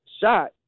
shot